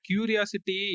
Curiosity